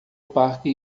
parque